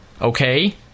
okay